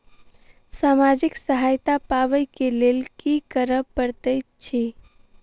सामाजिक सहायता पाबै केँ लेल की करऽ पड़तै छी?